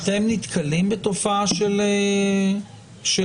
אתם נתקלים בתופעה של עיקולים?